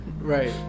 right